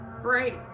Great